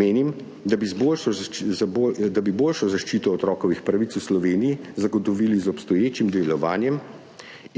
Menim, da bi boljšo zaščito otrokovih pravic v Sloveniji zagotovili z obstoječim delovanjem